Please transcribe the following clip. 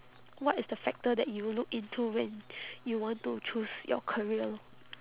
what is the factor that you look into when you want to choose your career lor